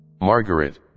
Margaret